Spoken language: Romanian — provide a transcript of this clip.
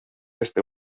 este